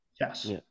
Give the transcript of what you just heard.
Yes